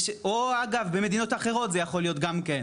או אגב במדינות אחרות זה יכול להיות גם כן,